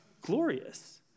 glorious